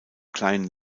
kleinen